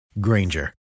Granger